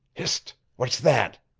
hist! what's that?